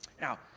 Now